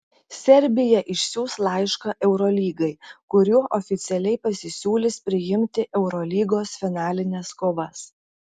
serbija išsiųs laišką eurolygai kuriuo oficialiai pasisiūlys priimti eurolygos finalines kovas